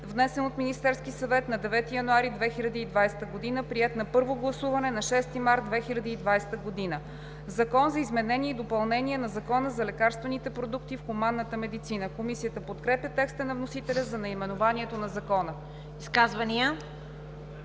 внесен от Министерския съвет на 9 януари 2020 г. Приет на първо гласуване на 6 март 2020 г. „Закон за изменение и допълнение на Закона за лекарствените продукти в хуманната медицина“. Комисията подкрепя текста на вносителя за наименованието на Закона. ПРЕДСЕДАТЕЛ